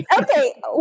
Okay